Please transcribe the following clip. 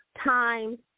times